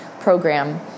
program